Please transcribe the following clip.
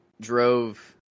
drove